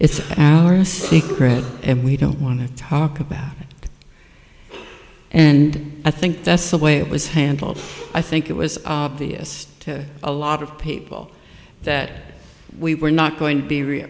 a secret and we don't want to talk about it and i think that's the way it was handled i think it was obvious to a lot of people that we were not going to be